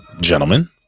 gentlemen